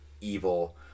evil